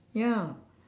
ya